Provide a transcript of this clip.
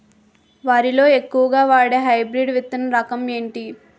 వరి లో ఎక్కువుగా వాడే హైబ్రిడ్ విత్తన రకం ఏంటి?